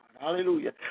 Hallelujah